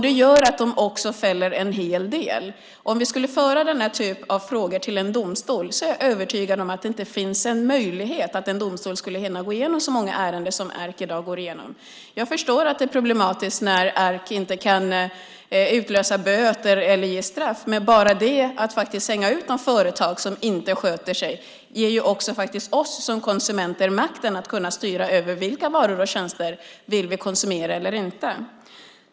Det gör att det också fäller en hel del. Om man skulle föra den här typen av frågor till domstol är jag övertygad om att det inte finns en möjlighet att en domstol skulle hinna gå igenom så många ärenden som ERK i dag går igenom. Jag förstår att det är problematiskt när ERK inte kan utlösa böter eller ge straff. Men bara genom att hänga ut ett företag som inte sköter sig ger också oss som konsumenter makten att kunna styra över vilka varor och tjänster vi vill konsumera eller inte.